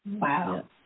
Wow